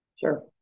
Sure